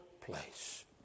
place